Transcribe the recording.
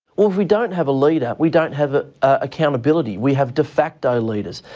well, if we don't have a leader, we don't have accountability, we have de facto leaders,